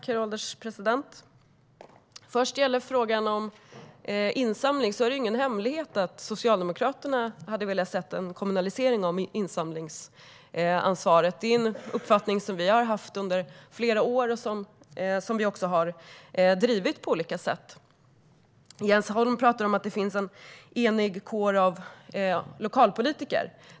Herr ålderspresident! När det gäller frågan om insamling är det ingen hemlighet att Socialdemokraterna hade velat se en kommunalisering av insamlingsansvaret. Den uppfattningen har vi haft under flera år, och vi har också drivit på för detta på olika sätt. Jens Holm talar om att det finns en enig kår av lokalpolitiker.